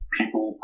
People